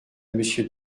monsieur